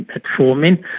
metformin,